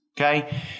Okay